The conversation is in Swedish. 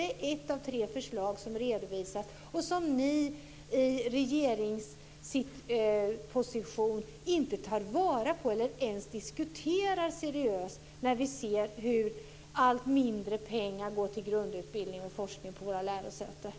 Det är ett av tre förslag som redovisas som ni i regeringsunderlaget inte tar vara på eller ens diskuterar seriöst. Vi ser ju hur allt mindre pengar går till grundutbildning och forskning på våra lärosäten.